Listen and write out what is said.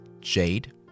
jade